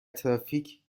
ترافیک